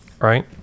right